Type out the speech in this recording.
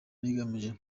rigamije